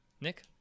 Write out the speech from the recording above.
Nick